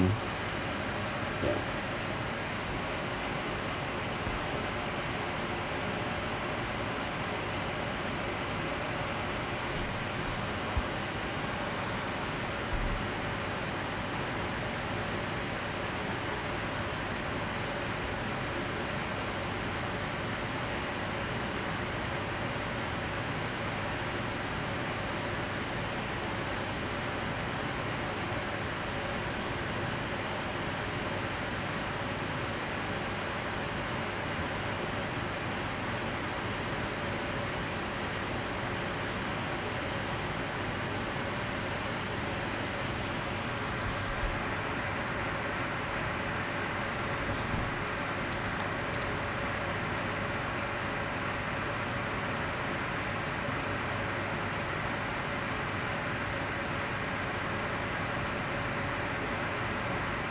ya